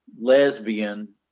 lesbian